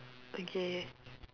okay